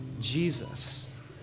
Jesus